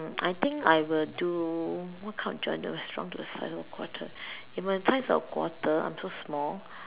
I think I will do what kind of job if I am shrunk the size of a quarter if I am the size of a quarter I am so small